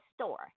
store